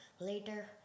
Later